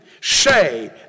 say